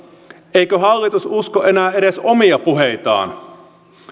eikö hallitus usko enää edes omia puheitaan